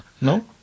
No